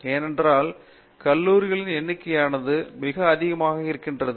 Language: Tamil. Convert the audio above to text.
ஏனென்றால் கல்லூரிகளின் எண்ணிக்கையானது மிக அதிகமாக இருக்கிறது